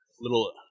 little